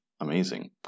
amazing